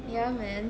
ya man